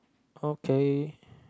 okay